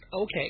okay